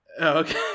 okay